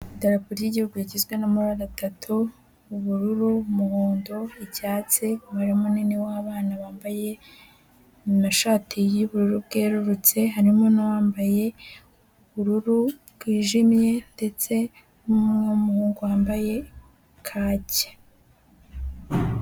Idarapo ry'igihugu rigizwe n'amabara atatu: ubururu, umuhondo, icyatsi. Umubare munini w'abana bambaye na amashati y'ubururu bwerurutse, harimo n'uwambaye ubururu bwijimye ndetse harimo n'umuhungu wambaye kaki.